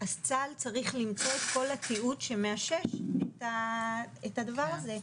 אז צה"ל צריך למצוא את כל התיעוד שמאשש את הדבר הזה.